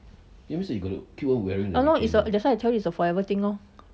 ah that's why I tell you it's a forever thing lor